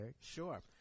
Sure